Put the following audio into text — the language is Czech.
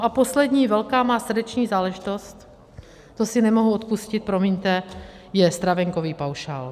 A poslední velká má srdeční záležitost, to si nemohu odpustit, promiňte, je stravenkový paušál.